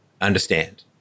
understand